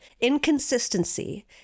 inconsistency